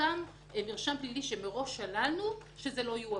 שאותו מרשם פלילי שמראש שללנו לא יעבור.